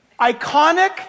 iconic